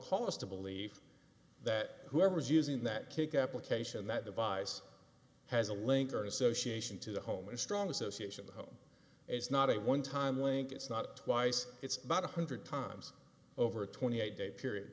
cause to believe that whoever is using that kick application that device has a link or association to the home and strong association is not a one time wink it's not twice it's about one hundred times over a twenty eight day period